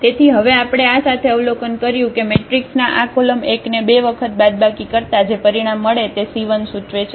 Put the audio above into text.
તેથી હવે આપણે આ સાથે અવલોકન કર્યું કે મેટ્રિક્સના આ કોલમ 1 ને બે વખત બાદબાકી કરતા જે પરિણામ મળે તે C1 સૂચવે છે